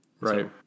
Right